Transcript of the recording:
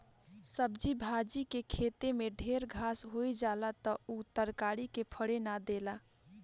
सब्जी भाजी के खेते में ढेर घास होई जाला त उ तरकारी के फरे ना देला